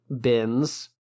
bins